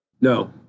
No